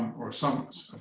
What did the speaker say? or someone's.